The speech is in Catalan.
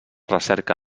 recerca